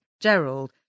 Gerald